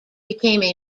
became